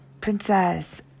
princess